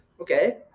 Okay